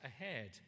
ahead